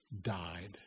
died